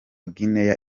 guinee